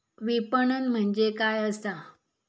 विपणन म्हणजे काय असा?